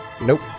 Nope